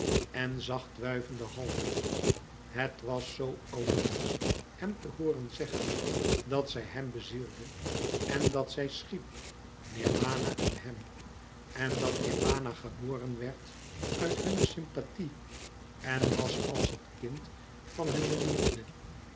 en zacht wuivende halmen het was zoo allerliefst hem te hooren zeggen dat zij hem bezielde en dat zij schiep nirwana in hem en dat nirwana geboren werd uit hunne sympathie en was als het kind van hunne liefde